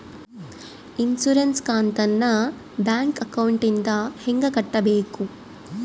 Insurance ಕಂತನ್ನ bank ಅಕೌಂಟಿಂದ ಹೆಂಗ ಕಟ್ಟಬೇಕು?